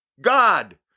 God